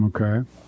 Okay